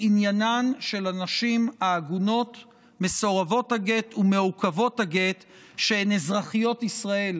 עניינן של הנשים העגונות מסורבות הגט ומעוכבות הגט שהן אזרחיות ישראל,